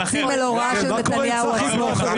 היועצת המשפטית לוועדה, תני לה לדבר בבקשה.